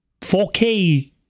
4K